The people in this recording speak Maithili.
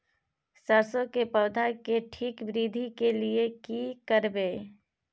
सरसो के पौधा के ठीक वृद्धि के लिये की करबै?